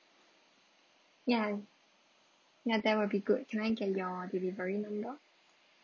ya ya that will be good can I get your delivery number